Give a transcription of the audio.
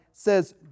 says